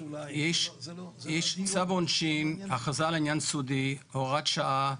יש צו העונשין (הכרזה על עניין סודי) (הוראת שעה),